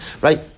right